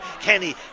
Kenny